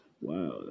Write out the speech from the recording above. Wow